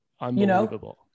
Unbelievable